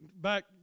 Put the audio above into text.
back